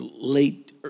late